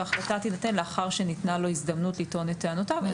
וההחלטה תינתן לאחר שניתנה לו הזדמנות לטעון את טענותיו.